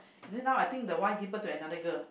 then now I think the wife give birth to another girl